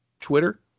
Twitter